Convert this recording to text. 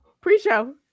Pre-show